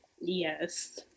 Yes